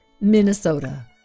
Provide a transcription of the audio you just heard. Minnesota